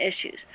issues